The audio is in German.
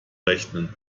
rechnen